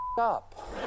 up